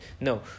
No